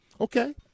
Okay